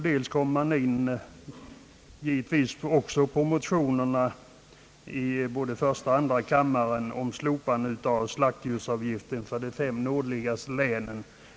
Där kommer man givetvis in på motionerna i båda kamrarna om slopandet av slaktdjursavgiften i de fem nordligaste länen.